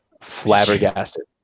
flabbergasted